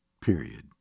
period